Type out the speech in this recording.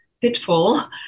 pitfall